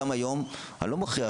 גם היום אני לא מכריח,